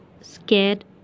scared